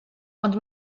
ond